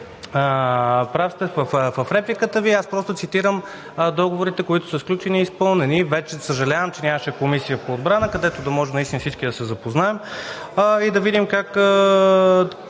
Прав сте в репликата Ви. Аз просто цитирам договорите, които са сключени и изпълнени. Вече съжалявам, че нямаше Комисия по отбрана, където да можем всички да се запознаем и да видим какъв